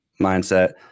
mindset